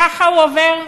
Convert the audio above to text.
ככה הוא עובר?